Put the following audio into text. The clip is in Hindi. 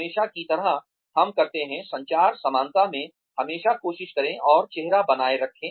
हमेशा की तरह हम कहते हैं संचार समानता में हमेशा कोशिश करें और चेहरा बनाए रखें